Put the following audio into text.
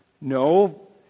No